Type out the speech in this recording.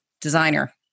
designer